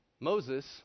Moses